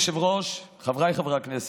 אדוני היושב-ראש, חבריי חברי הכנסת,